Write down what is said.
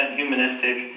humanistic